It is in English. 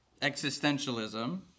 Existentialism